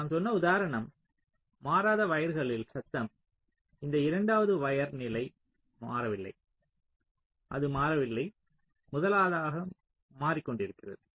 நான் சொன்ன உதாரணம் மாறாத வயர்களில் சத்தம் இந்த இரண்டாவது வயர் நிலை மாறவில்லை அது மாறவில்லை முதலாவது மாறிக்கொண்டிருந்தது